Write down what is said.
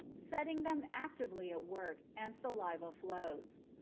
setting them actively at work, and saliva flows.